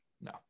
no